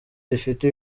rifite